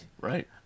Right